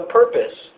purpose